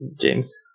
James